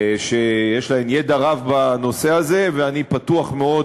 שיש להן ידע רב בנושא הזה, ואני פתוח מאוד